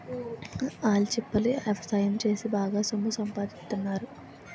ఆల్చిప్పల ఎవసాయం సేసి బాగా సొమ్ము సంపాదిత్తన్నారు